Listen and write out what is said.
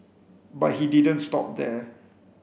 but he didn't stop there